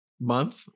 month